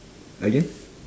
again